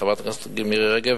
חברת הכנסת מירי רגב,